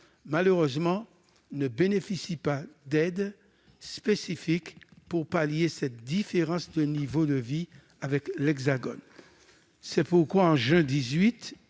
malheureusement, ne bénéficie pas d'aide spécifique pour pallier cette différence de niveau de vie avec l'Hexagone. C'est pourquoi, en juin 2018,